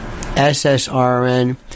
SSRN